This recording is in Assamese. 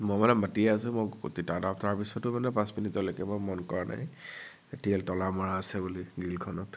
মই মানে মাতিয়ে আছো মই তাৰপিছতো মানে পাঁচ মিনিটলৈকে মই মন কৰা নাই তলা মৰা আছে বুলি গ্ৰীলখনত